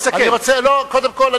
קודם כול,